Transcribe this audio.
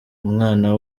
umwana